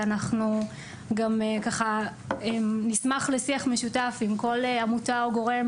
ואנחנו גם ככה נשמח לשיח משותף עם כל עמותה או גורם,